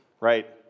Right